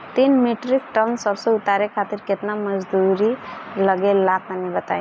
तीन metric ton सरसो उतारे खातिर केतना मजदूरी लगे ला तनि बताई?